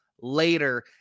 later